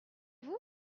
vous